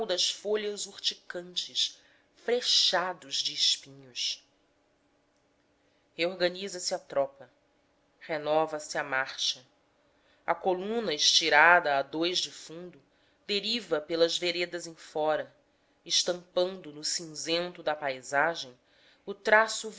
das folhas urticantes frechados de espinhos reorganiza se a tropa renova se a marcha a coluna estirada a dous de fundo deriva pelas veredas em fora estampado no cinzento da paisagem o traço